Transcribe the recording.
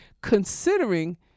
considering